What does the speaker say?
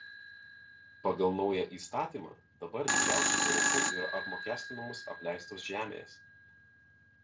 pagal naują įstatymą dabar didžiausiu tarifu yra apmokestinamos apleistos žemės